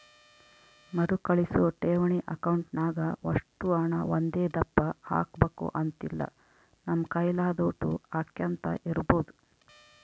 ಮರುಕಳಿಸೋ ಠೇವಣಿ ಅಕೌಂಟ್ನಾಗ ಒಷ್ಟು ಹಣ ಒಂದೇದಪ್ಪ ಹಾಕ್ಬಕು ಅಂತಿಲ್ಲ, ನಮ್ ಕೈಲಾದೋಟು ಹಾಕ್ಯಂತ ಇರ್ಬೋದು